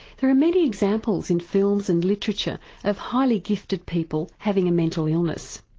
there are many examples in films and literature of highly gifted people having a mental illness.